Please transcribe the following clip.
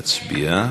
נצביע.